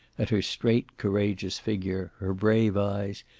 at her straight courageous figure, her brave eyes,